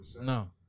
No